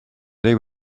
they